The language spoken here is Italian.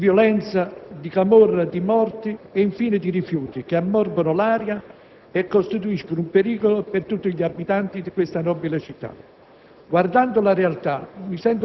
di violenza, di camorra, di morti e, infine, di rifiuti, che ammorbano l'aria e costituiscono un pericolo per tutti gli abitanti di questa nobile città.